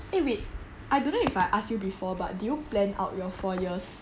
eh wait I don't know if I ask you before but did you plan out your four years